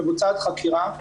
מבוצעת חקירה,